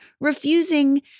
refusing